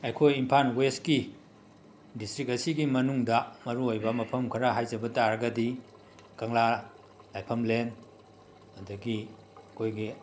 ꯑꯩꯈꯣꯏ ꯏꯝꯄꯥꯟ ꯋꯦꯁꯠꯀꯤ ꯗꯤꯁꯇ꯭ꯔꯤꯛ ꯑꯁꯤꯒꯤ ꯃꯅꯨꯡꯗ ꯃꯔꯨꯑꯣꯏꯕ ꯃꯐꯝ ꯈꯔ ꯍꯥꯏꯖꯕ ꯇꯥꯔꯒꯗꯤ ꯀꯪꯂꯥ ꯂꯥꯏꯐꯝꯂꯦꯟ ꯑꯗꯒꯤ ꯑꯩꯈꯣꯏꯒꯤ